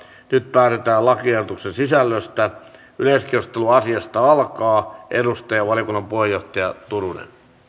nyt päätetään lakiehdotuksen sisällöstä yleiskeskustelu asiasta alkaa edustaja valiokunnan puheenjohtaja turunen